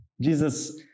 Jesus